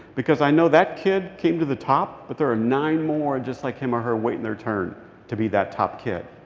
because i know that kid came to the top, but there are nine more just like him or her waiting their turn to be that top kid.